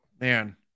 man